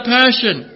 passion